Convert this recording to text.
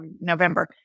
November